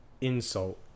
insult